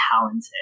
talented